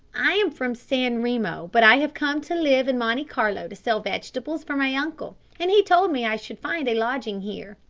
i am from san remo, but i have come to live in monte carlo to sell vegetables for my uncle, and he told me i should find a lodging here.